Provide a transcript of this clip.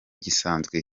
gisanzwe